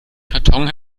karton